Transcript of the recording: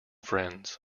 friends